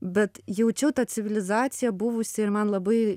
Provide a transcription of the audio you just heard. bet jaučiau tą civilizaciją buvusį ir man labai